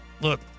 Look